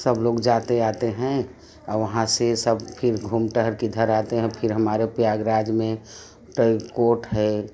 सब लोग जाते आते हैं और वहाँ से सब फिर घूम टहल के इधर आते हैं फिर हमारे प्रयागराज में एक कोट है